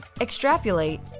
Extrapolate